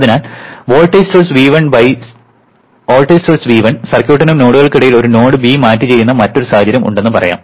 അതിനാൽ voltage source V1 സർക്യൂട്ടിനും നോഡുകൾക്കിടയിൽ ഒരു നോഡ് ബി മാറ്റി ചെയ്യുന്ന മറ്റൊരു സാഹചര്യം ഉണ്ടെന്ന് പറയാം